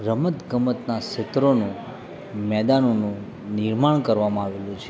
રમત ગમતના ક્ષેત્રોનું મેદાનોનું નિર્માણ કરવામાં આવેલું છે